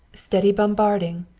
steady bombarding,